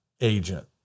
agent